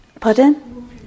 Pardon